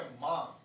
mom